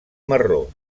marró